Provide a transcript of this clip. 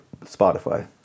Spotify